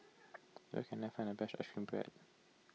where can I find the best Ice Cream Bread